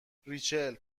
ریچل